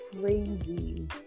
crazy